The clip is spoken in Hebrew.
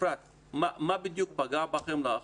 מה בדיוק פגע בכם לאחרונה?